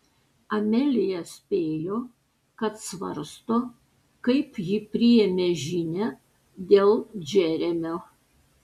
amelija spėjo kad svarsto kaip ji priėmė žinią dėl džeremio